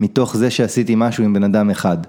מתוך זה שעשיתי משהו עם בן אדם אחד